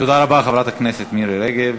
תודה רבה, חברת הכנסת מירי רגב.